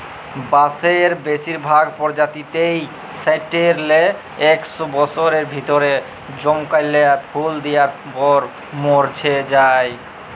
বাঁসের বেসিরভাগ পজাতিয়েই সাট্যের লে একস বসরের ভিতরে জমকাল্যা ফুল দিয়ার পর মর্যে যায়